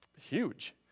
huge